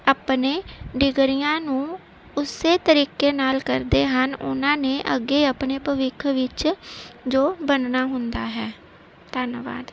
ਆਪਣੇ ਡਿਗਰੀਆਂ ਨੂੰ ਉਸ ਤਰੀਕੇ ਨਾਲ ਕਰਦੇ ਹਨ ਉਹਨਾਂ ਨੇ ਅੱਗੇ ਆਪਣੇ ਭਵਿੱਖ ਵਿੱਚ ਜੋ ਬਣਨਾ ਹੁੰਦਾ ਹੈ ਧੰਨਵਾਦ